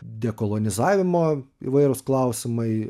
dekolonizavimo įvairūs klausimai